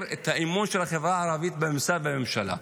את האמון של החברה הערבית בממסד ובממשלה.